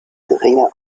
geringe